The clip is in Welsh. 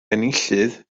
enillydd